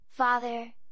Father